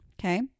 Okay